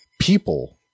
people